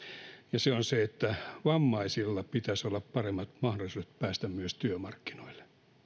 ja se on se että vammaisilla pitäisi olla myös paremmat mahdollisuudet päästä työmarkkinoille